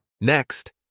Next